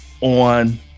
on